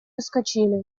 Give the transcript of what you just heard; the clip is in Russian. ускочили